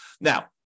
Now